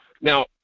Now